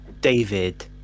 david